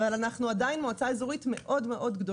אבל אנחנו עדיין מועצה אזורית גדולה מאוד.